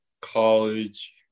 college